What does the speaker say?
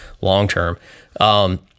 long-term